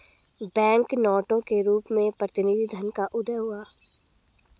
bank नोटों के रूप में प्रतिनिधि धन का उदय हुआ